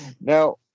Now